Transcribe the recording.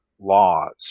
laws